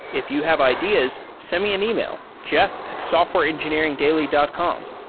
if you have ideas, send me an email, jeff at softwareengineeringdaily dot com.